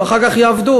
אחר כך יעבדו.